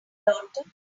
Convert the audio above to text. daughter